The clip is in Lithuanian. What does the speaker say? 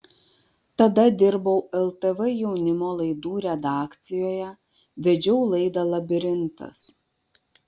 tada dirbau ltv jaunimo laidų redakcijoje vedžiau laidą labirintas